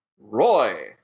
Roy